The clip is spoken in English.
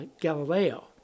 Galileo